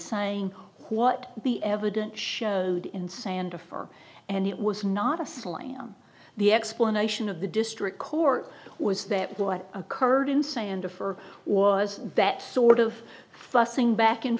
sighing what the evidence showed in santa for and it was not a slam the explanation of the district court was that what occurred in say under for was that sort of fussing back and